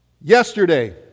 Yesterday